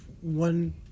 one